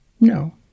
No